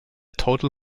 total